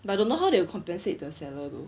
but I don't know they will compensate the seller though